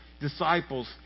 disciples